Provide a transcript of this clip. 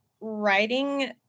writing